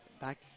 back